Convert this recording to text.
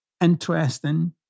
interesting